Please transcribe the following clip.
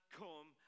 come